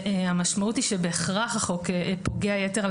המשמעות היא שבהכרח החוק פוגע יתר על